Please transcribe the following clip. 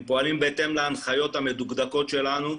הם פועלים בהתאם להנחיות המדוקדקות שלנו,